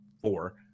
four